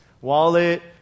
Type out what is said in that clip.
wallet